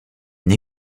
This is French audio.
une